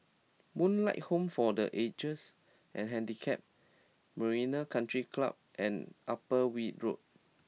Moonlight Home for the Ages and Handicapped Marina Country Club and Upper Weld Road